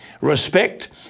respect